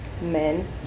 men